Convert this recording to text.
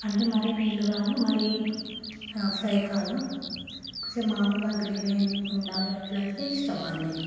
అంటే మరీ నీళ్ళు కాదు మరీ ఫ్రై కాదు కొంచెం మామూలుగా గ్రేవీగా ఉండాలి అలా అయితే ఇష్టం మా అన్నయ్యకి